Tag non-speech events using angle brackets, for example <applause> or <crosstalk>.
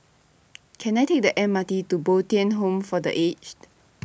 <noise> Can I Take The M R T to Bo Tien Home For The Aged <noise>